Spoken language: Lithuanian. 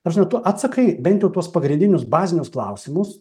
ta prasme tu atsakai bent jau tuos pagrindinius bazinius klausimus